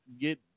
Get